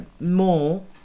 more